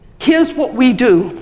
here's what we do,